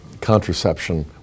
contraception